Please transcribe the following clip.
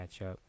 matchup